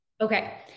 Okay